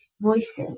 voices